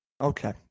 Okay